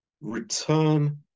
Return